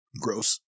Gross